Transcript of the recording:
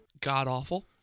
god-awful